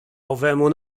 owemu